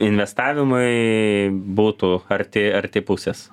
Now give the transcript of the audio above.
investavimai būtų arti arti pusės